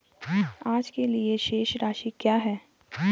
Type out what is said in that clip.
आज के लिए शेष राशि क्या है?